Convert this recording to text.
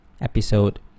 episode